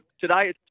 Today